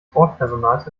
bordpersonals